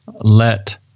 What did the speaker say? let